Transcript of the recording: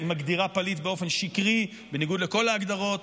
היא מגדירה פליט באופן שקרי, בניגוד לכל ההגדרות.